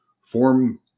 form